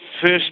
first